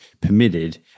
permitted